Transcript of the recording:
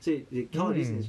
say they come up with this ins~